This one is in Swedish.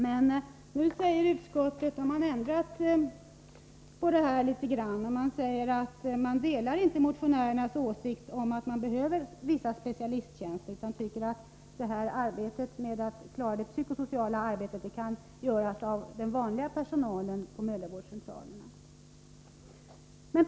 Men nu har utskottet ändrat uppfattning litet och säger att man inte delar motionärernas åsikt att det behövs vissa specialisttjänster, utan man tycker att det psykosociala arbetet kan utföras av den vanliga personalen på mödravårdscentralerna.